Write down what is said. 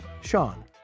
Sean